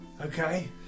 okay